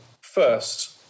first